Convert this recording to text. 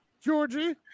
Georgie